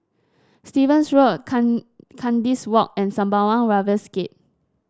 Stevens Road Kan Kandis Walk and Sembawang Wharves Gate